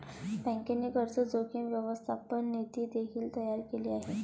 बँकेने कर्ज जोखीम व्यवस्थापन नीती देखील तयार केले आहे